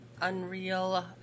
unreal